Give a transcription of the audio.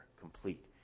complete